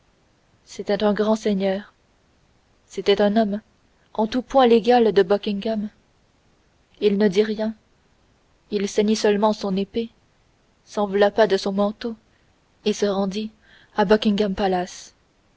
c'était un grand seigneur c'était un homme en tout point l'égal de buckingham il ne dit rien il ceignit seulement son épée s'enveloppa de son manteau et se rendit à